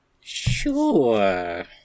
Sure